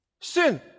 Sin